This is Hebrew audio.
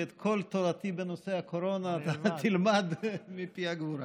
ואת כל תורתי בנושא הקורונה אתה תלמד מפי הגבורה.